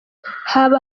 haba